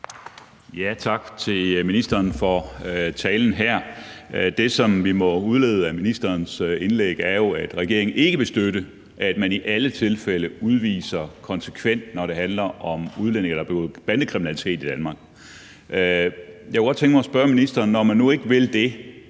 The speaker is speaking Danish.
Tak til ministeren for talen her. Det, som vi må udlede af ministerens indlæg, er jo, at regeringen ikke vil støtte, at man i alle tilfælde udviser konsekvent, når det handler om udlændinge, der har begået bandekriminalitet i Danmark. Jeg kunne godt tænke mig at spørge ministeren: Når man nu ikke vil